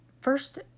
first